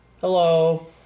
Hello